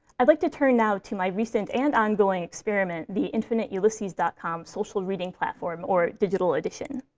i'd like to turn now to my recent and ongoing experiment, the infiniteulysses dot com social reading platform or digital edition.